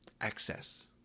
access